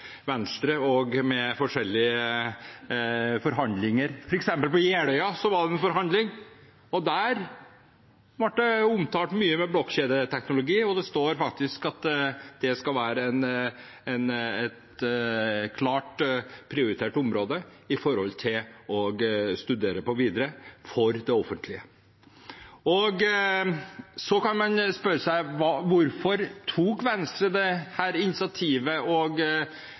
Venstre og i forskjellige forhandlinger. Det var f.eks. en forhandling på Jeløya, og der ble blokkjedeteknologi omtalt mye. Det står faktisk at det skal være et klart prioritert område å studere videre for det offentlige. Man kan spørre seg hvorfor Venstre tok dette initiativet innenfor offentlig sektor. Jo, de erfaringene som er gjort andre plasser, tyder på at den har et stort anvendelsesområde her. Det